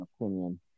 opinion